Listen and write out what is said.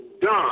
done